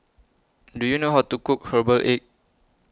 Do YOU know How to Cook Herbal Egg